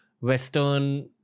Western